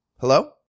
Hello